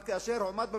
אבל כאשר הועמד במבחן,